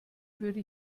würde